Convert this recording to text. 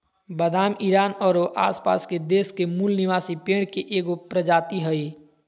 बादाम ईरान औरो आसपास के देश के मूल निवासी पेड़ के एगो प्रजाति हइ